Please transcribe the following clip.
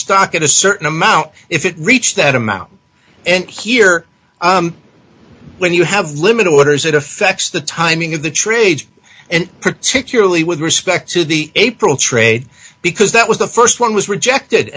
stock at a certain amount if it reached that amount and here when you have limited orders it affects the timing of the trades and particularly with respect to the april trade because that was the st one was rejected